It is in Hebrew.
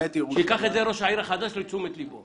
שייקח את זה ראש העיר החדש לתשומת לבו.